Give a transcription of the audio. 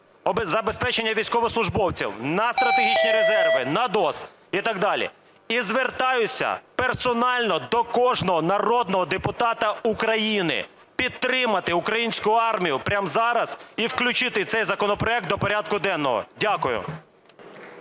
забезпечення військовослужбовців, на стратегічні резерви, на ДОЗ і так далі. І звертаюся персонально до кожного народного депутата України підтримати українську армію прямо зараз і включити цей законопроект до порядку денного. Дякую.